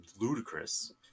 ludicrous